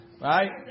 Right